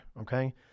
okay